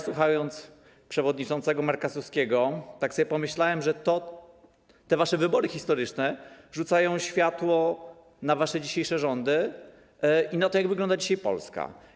Słuchając przewodniczącego Marka Suskiego, tak sobie pomyślałem, że te wasze wybory historyczne rzucają światło na wasze dzisiejsze rządy i na to, jak wygląda dzisiaj Polska.